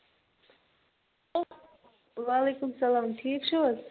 وعلیکُم سَلام ٹھیٖک چھِو حظ